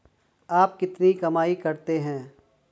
आप कितनी कमाई करते हैं?